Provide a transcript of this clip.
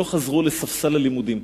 שלא חזרו לספסל הלימודים.